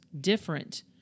different